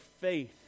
faith